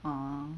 oh